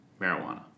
marijuana